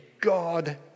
God